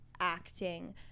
acting